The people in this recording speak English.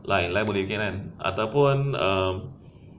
lye lye boleh bikin ataupun um